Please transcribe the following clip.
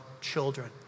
children